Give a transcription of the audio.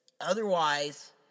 otherwise